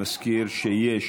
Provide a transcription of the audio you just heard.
אני מזכיר שיש